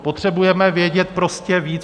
Potřebujeme vědět prostě víc.